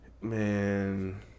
man